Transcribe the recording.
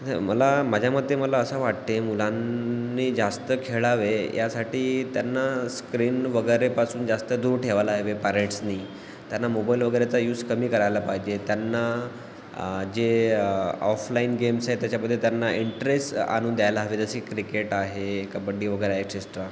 मला माझ्यामते मला असं वाटते मुलांनी जास्त खेळावे यासाठी त्यांना स्क्रीन वगैरेपासून जास्त दूर ठेवायला हवे पॅरेन्टसनी त्यांना मोबाईल वगैरेचा यूज कमी करायला पाहिजे त्यांना जे ऑफलाईन गेम्स आहेत त्याच्यामध्ये त्यांना इंटरेस्ट आणून द्यायला हवे जसे क्रिकेट आहे कबड्डी वगैरे आहे चेस्टा